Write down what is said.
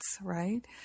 right